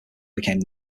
became